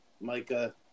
Micah